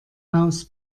haus